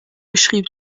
beschrieb